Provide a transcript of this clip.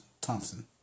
Thompson